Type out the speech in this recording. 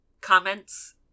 comments